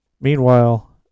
meanwhile